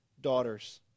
daughters